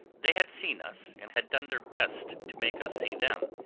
they had seen us, and had done their best to make us see them,